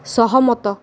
ସହମତ